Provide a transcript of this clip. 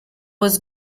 was